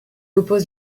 oppose